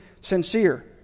sincere